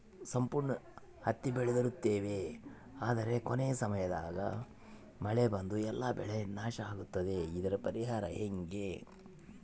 ಸಂಪೂರ್ಣ ಹತ್ತಿ ಬೆಳೆದಿರುತ್ತೇವೆ ಆದರೆ ಕೊನೆಯ ಸಮಯದಾಗ ಮಳೆ ಬಂದು ಎಲ್ಲಾ ಬೆಳೆ ನಾಶ ಆಗುತ್ತದೆ ಇದರ ಪರಿಹಾರ ಹೆಂಗೆ?